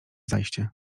zajście